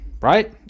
right